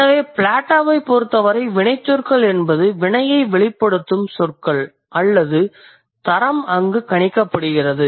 எனவே பிளேட்டோவைப் பொறுத்தவரை வினைச்சொற்கள் என்பது வினையை வெளிப்படுத்தும் சொற்கள் அல்லது தரம் அங்கு கணிக்கப்படுகிறது